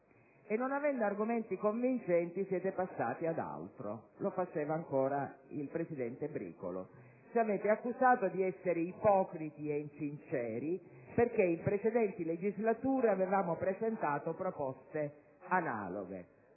Non avendo argomenti convincenti, siete passati ad altro (lo faceva ancora il presidente Bricolo): ci avete accusato di essere ipocriti e insinceri perché in precedenti legislature avevamo presentato proposte analoghe.